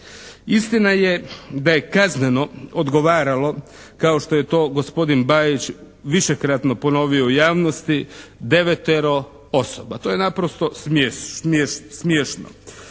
Istina je da je kazneno odgovaralo kao što je to gospodin Bajić višekratno ponovio u javnosti devetero osoba. To je naprosto smiješno.